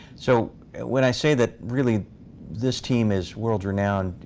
so when i say that really this team is world renowned,